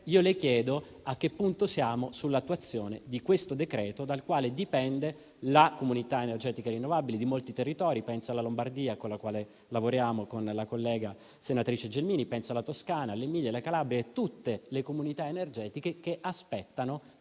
le chiedo a che punto siamo rispetto all'attuazione di questo decreto dal quale dipende la Comunità energetica rinnovabile di molti territori: penso alla Lombardia, con la quale lavoriamo insieme alla collega, senatrice Gelmini; penso alla Toscana, all'Emilia-Romagna, alla Calabria e a tutte le Comunità energetiche che aspettano